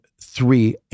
three